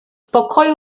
pokoju